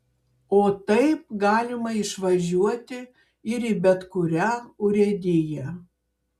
o taip galima išvažiuoti ir į bet kurią urėdiją